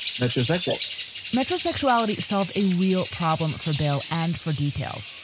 metrosexual metro sexuality solves a real problem for bill and for details,